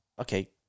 okay